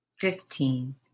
fifteen